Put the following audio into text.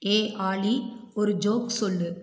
ஏய் ஆலி ஒரு ஜோக் சொல்லு